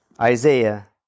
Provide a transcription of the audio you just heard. Isaiah